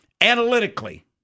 analytically